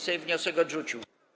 Sejm wniosek odrzucił.